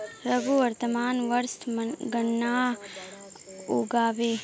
रघु वर्तमान वर्षत गन्ना उगाबे